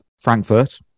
Frankfurt